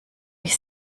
mich